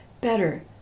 better